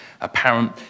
apparent